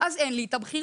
אז אין לי את הבחירה.